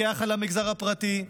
לפקח על המגזר הפרטי,